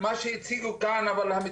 תוכניות מפורטות, אבל תתנו לי כסף.